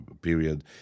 period